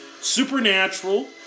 Supernatural